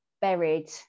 buried